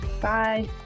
Bye